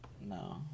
No